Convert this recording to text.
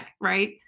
right